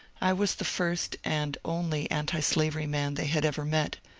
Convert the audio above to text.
i was the first and only antislavery man they had ever met,